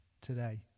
today